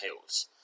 Hills